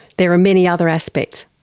there are many other aspects.